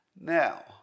Now